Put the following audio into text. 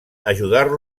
ajudar